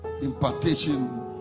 impartation